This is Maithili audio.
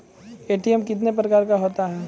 ए.टी.एम कितने प्रकार का होता हैं?